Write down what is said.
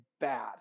bad